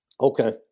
Okay